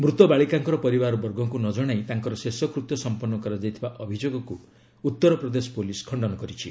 ମୃତ ବାଳିକାଙ୍କର ପରିବାରବର୍ଗଙ୍କୁ ନ ଜଣାଇ ତାଙ୍କର ଶେଷକୃତ୍ୟ ସଂପନ୍ନ କରାଯାଇଥିବା ଅଭିଯୋଗକୁ ଉତ୍ତରପ୍ରଦେଶ ପୋଲିସ୍ ଖଣ୍ଡନ କରିଛି